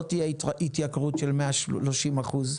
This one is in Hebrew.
לא תהיה התייקרות של 130 אחוז,